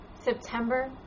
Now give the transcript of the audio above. September